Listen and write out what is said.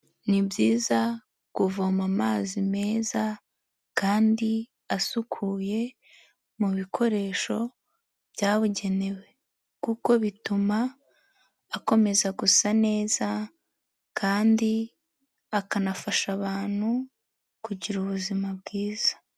Ni byiza kuvoma amazi meza kandi asukuye mu bikoresho byabugenewe, kuko bituma akomeza gusa neza kandi akanafasha abantu kugira ubuzima bwiza.